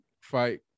fight